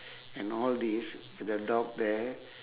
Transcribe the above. and all these with the dog there